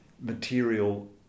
material